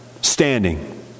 standing